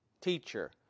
Teacher